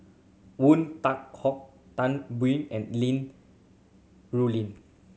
Woon Tai Ho Tan Biyun and Li Rulin